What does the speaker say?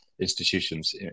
institutions